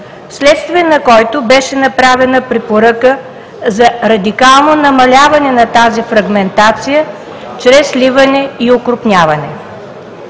вследствие на който беше направена препоръка за радикално намаляване на тази фрагментация чрез сливане и окрупняване.